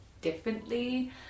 differently